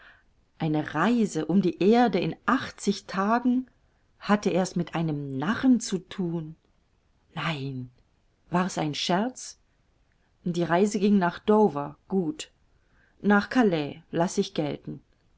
eine reise um die erde in achtzig tagen hatte er's mit einem narren zu thun nein war's ein scherz die reise ging nach dover gut nach calais laß ich gelten